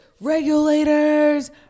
regulators